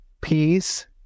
Peace